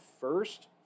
first